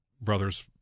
brothers